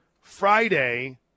Friday